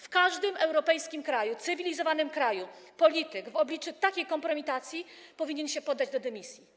W każdym europejskim kraju, cywilizowanym kraju polityk w obliczu takiej kompromitacji powinien się podać do dymisji.